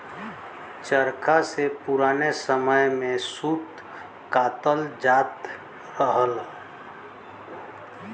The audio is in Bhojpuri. चरखा से पुराने समय में सूत कातल जात रहल